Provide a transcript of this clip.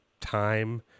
time